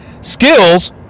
Skills